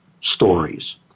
stories